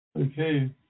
okay